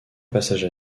passage